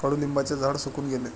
कडुलिंबाचे झाड सुकून गेले